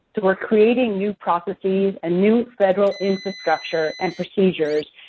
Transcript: we're creating new processes and new federal infrastructure and procedures,